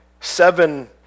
seven